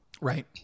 Right